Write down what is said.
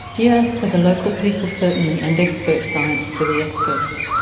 yes, for the local people certainly, and expert science for the experts.